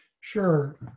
Sure